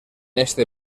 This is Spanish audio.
este